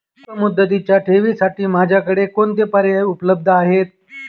अल्पमुदतीच्या ठेवींसाठी माझ्याकडे कोणते पर्याय उपलब्ध आहेत?